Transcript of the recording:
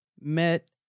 met